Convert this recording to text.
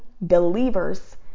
believers